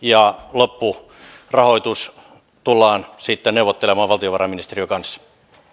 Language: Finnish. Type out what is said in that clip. loppurahoitus tullaan sitten neuvottelemaan valtiovarainministeriön kanssa